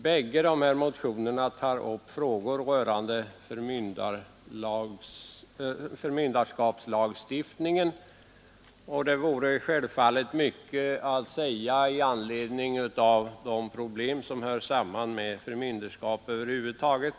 Båda dessa motioner tar upp frågor som rör förmynderskapslagstiftningen, och det kan självfallet sägas mycket om de problem som hör samman med förmynderskap över huvud taget.